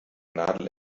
nadel